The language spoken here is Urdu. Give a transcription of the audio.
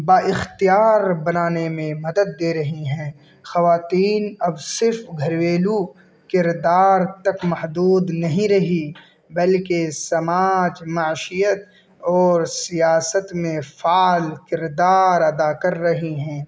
با اختیار بنانے میں مدد دے رہی ہیں خواتین اب صرف گھریلو کردار تک محدود نہیں رہی بلکہ سماج معاشیت اور سیاست میں فعال کردار ادا کر رہی ہیں